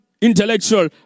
intellectual